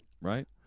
Right